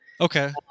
Okay